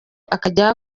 akajya